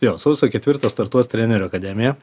jo sausio ketvirtą startuos trenerių akademija